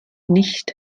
nicht